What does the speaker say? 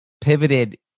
pivoted